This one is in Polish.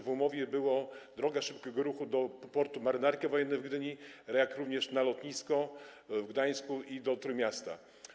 W umowie była droga szybkiego ruchu do portu Marynarki Wojennej w Gdyni, na lotnisko w Gdańsku i do Trójmiasta.